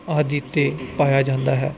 ਆਦੀ ਤੇ ਪਾਇਆ ਜਾਂਦਾ ਹੈ